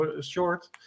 short